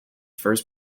first